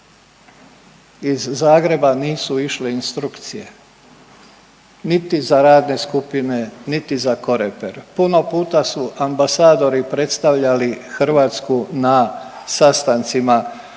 iz Zagreba nisu išle instrukcije, niti za radne skupine, niti za korepera. Puno puta su ambasadori predstavljali Hrvatsku na sastancima